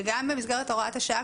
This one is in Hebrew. וגם במסגרת הוראת השעה,